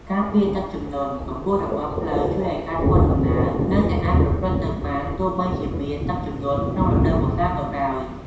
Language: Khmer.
ការពារទឹកជំនន់ កម្ពស់របស់ផ្លូវជួយឲ្យការធ្វើដំណើរនៅតែអាចប្រព្រឹត្តទៅបាន ទោះបីជាមានទឹកជំនន់ក្នុងរដូវវស្សាក៏ដោយ។